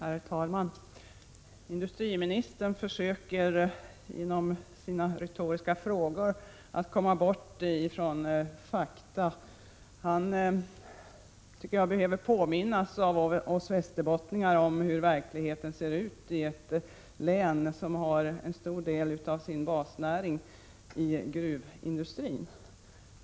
Herr talman! Industriministern försöker genom sina retoriska frågor att komma bort från fakta. Jag tycker att han behöver påminnas av oss västerbottningar om hur verkligheten ser ut i ett län som har en stor del av sin basnäring i gruvindustrin.